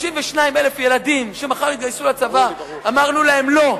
32,000 ילדים שמחר יתגייסו לצבא, אמרנו להם: לא,